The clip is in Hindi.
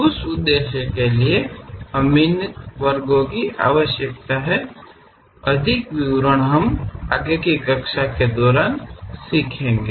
उस उद्देश्य के लिए हमें इन वर्गों की आवश्यकता है अधिक विवरण हम आगेकी कक्षा के दौरान सीखेंगे